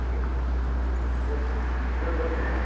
okay वो जो doctor